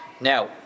Now